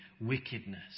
wickedness